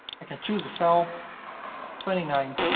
i can choose a file twenty nine